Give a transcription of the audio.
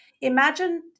Imagine